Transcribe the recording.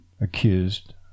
accused